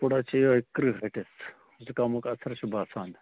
تھوڑا چھِ یِہَے کرٕٛہ ہٹِس زُکامُک اَثر چھُ باسان